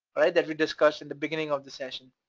right? that we discussed in the beginning of the session,